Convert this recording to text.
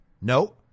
No